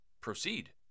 proceed